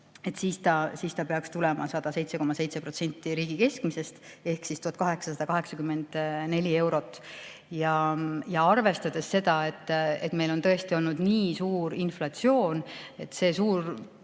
siis ta peaks tulema 107,7% riigi keskmisest ehk 1884 eurot. Arvestades seda, et meil on tõesti olnud nii suur inflatsioon, see suur